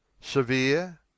severe